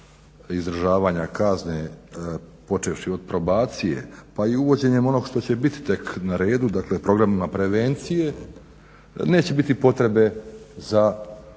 izdržavanja kazne počevši od probacije pa i uvođenjem onog što će biti tek na redu, dakle programima prevencije neće biti potrebe za dodatnim